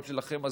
שלכם.